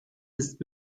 ist